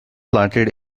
planted